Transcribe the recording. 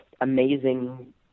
amazing